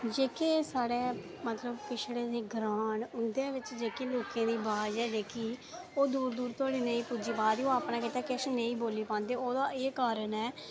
जेह्के साढ़े मतलब कि पिछड़े दे ग्रांऽवाज़ ऐ ओ न उंदे बिच जेह्की लोकें दी अह् दूर दूर तक्कर नेईं पुज्जी पा दी ओह् अपने गितै किश नेईं बोल्ली पांदे ओह्दा एह् कारण ऐ